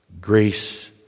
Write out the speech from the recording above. grace